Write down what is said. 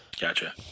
Gotcha